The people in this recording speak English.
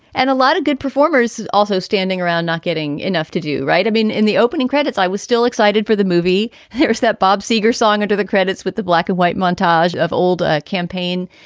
and a lot of good performers is also standing around not getting enough to do right. i mean, in the opening credits, i was still excited for the movie here. here's that bob seger song into the credits with the black and white montage of old ah campaign